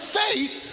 faith